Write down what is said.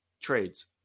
trades